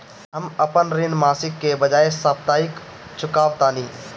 हम अपन ऋण मासिक के बजाय साप्ताहिक चुकावतानी